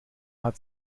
hat